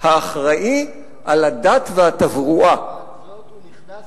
האחראי לדת ולתברואה, הוא נכנס